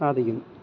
സാധിക്കുന്നു